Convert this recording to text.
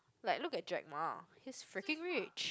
like look at Jack-Ma he's freaking rich